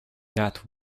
that